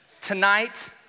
Tonight